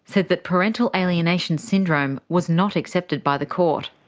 said that parental alienation syndrome was not accepted by the court.